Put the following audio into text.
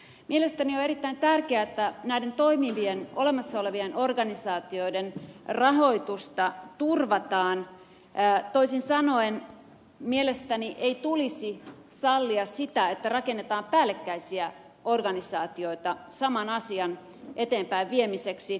mielestäni erittäin tärkeätä näiden toimivien olemassa olevien organisaatioiden rahoitusta turvataan vrää toisin sanoen mielestäni ei tulisi sallia sitä että rakennetaan päällekkäisiä organisaatioita saman asian eteenpäinviemiseksi